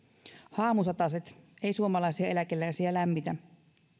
haamusataset eivät suomalaisia eläkeläisiä lämmitä